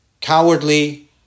cowardly